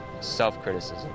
self-criticism